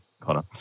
Connor